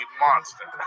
monster